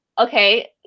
Okay